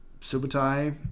Subotai